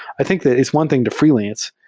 i think that is one thing the freelance,